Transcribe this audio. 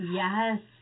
yes